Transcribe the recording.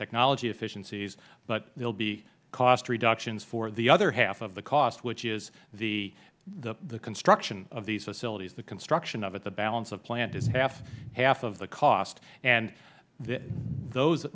technology efficiency but there will be cost reductions for the other half of the cost which is the construction of these facilities the construction of it the balance of plant is half of the cost and those